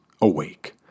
awake